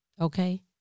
Okay